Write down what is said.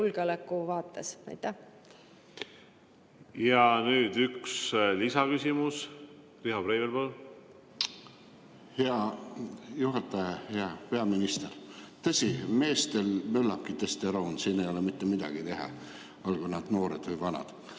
Breivel, palun! Nüüd üks lisaküsimus. Riho Breivel, palun! Hea juhataja! Hea peaminister! Tõsi, meestel möllabki testosteroon, siin ei ole mitte midagi teha, olgu nad noored või vanad.